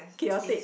chaotic